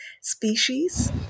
species